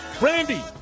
Randy